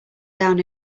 down